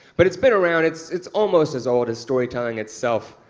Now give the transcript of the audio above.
but it's been around. it's it's almost as old as storytelling itself.